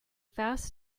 fast